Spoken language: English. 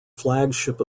flagship